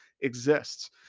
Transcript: exists